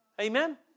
Amen